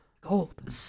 gold